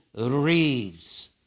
Reeves